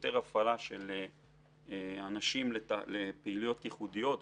יותר הפעלה של אנשים בפעילויות ייחודיות,